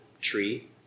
tree